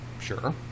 Sure